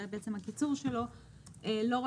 לא כל כך רלוונטית.